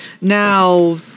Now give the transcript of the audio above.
now